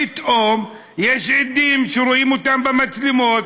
פתאום יש עדים שרואים אותם במצלמות,